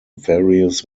various